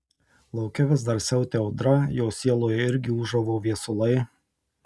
lauke vis dar siautė audra jo sieloje irgi ūžavo viesulai